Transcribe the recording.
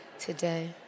today